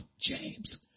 James